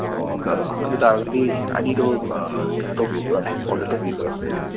ꯑꯣ ꯑꯗꯨ ꯇꯥꯔꯒꯗꯤ ꯑꯅꯤꯗꯣ ꯀꯩꯅꯣ ꯇꯧꯕꯤꯈ꯭ꯔꯣꯅꯦ ꯑꯣꯔꯗꯔ ꯇꯧꯕꯤꯈ꯭ꯔꯣ ꯑꯗꯨꯗꯤ